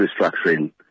restructuring